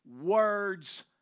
Words